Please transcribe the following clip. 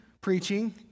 preaching